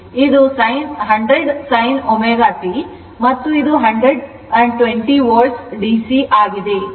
ಇದು 100 sin ω t ಮತ್ತು ಇದು 120 volt ವೋಲ್ಟ್ ಡಿಸಿ ಆಗಿದೆ